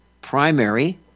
primary